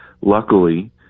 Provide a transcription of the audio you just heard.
Luckily